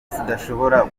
zidashobora